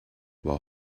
while